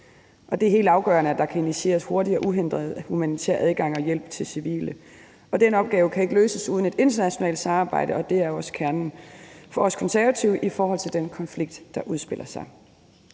Det er helt afgørende, at der kan initieres hurtig og uhindret humanitær adgang og hjælp til civile. Den opgave kan ikke løses uden et internationalt samarbejde, og det er også kernen for os Konservative i forhold til den konflikt, der udspiller sig.